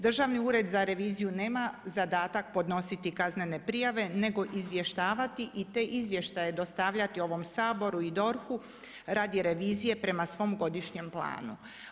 Državni ured za reviziju nema zadatak podnositi kaznene prijave nego izvještavati i te izvještaje dostavljati ovom Saboru i DORH-u radi revizije prema svom godišnjem planu.